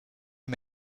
you